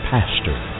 Pastor